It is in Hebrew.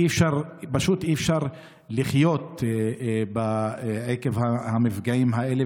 פשוט אי-אפשר לחיות עקב המפגעים האלה,